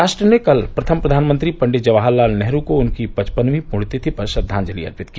राष्ट्र ने कल प्रथम प्रधानमंत्री पंडित जवाहर लाल नेहरू को उनकी पचपनवीं पृण्यतिथि पर श्रद्वांजलि अर्पित किया